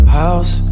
house